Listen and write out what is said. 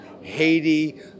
Haiti